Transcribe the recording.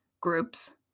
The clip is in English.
groups